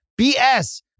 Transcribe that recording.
BS